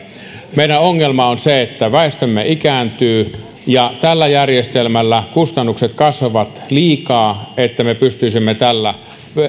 meidän ongelmamme on se että väestömme ikääntyy ja tällä järjestelmällä kustannukset kasvavat liikaa että me pystyisimme tällä